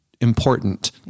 important